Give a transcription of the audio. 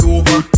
over